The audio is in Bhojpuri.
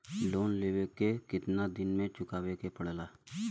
लोन लेवे के कितना दिन मे चुकावे के पड़ेला?